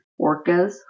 orcas